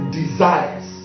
desires